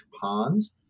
ponds